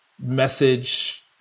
message